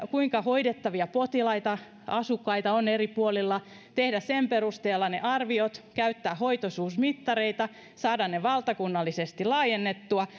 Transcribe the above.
kuinka hoidettavia potilaita asukkaita on eri puolilla tehdä sen perusteella ne arviot käyttää hoitoisuusmittareita ja saada ne valtakunnallisesti laajennettua